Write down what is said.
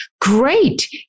Great